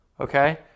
okay